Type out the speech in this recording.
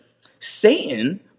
Satan